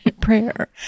prayer